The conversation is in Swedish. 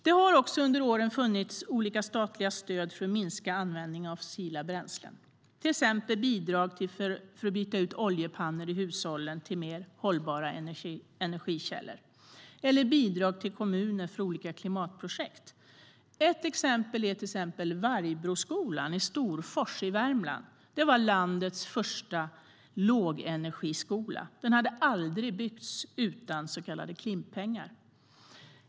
Det har också under åren funnits olika statliga stöd för att minska användning av fossila bränslen, till exempel bidrag för att byta ut oljepannor i hushållen till mer hållbara energikällor eller bidrag till kommuner för olika klimatprojekt. Ett exempel är Vargbroskolan i Storfors i Värmland. Det var landets första lågenergiskola. Den hade aldrig byggts utan så kallade Klimppengar.